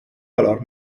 valor